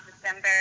December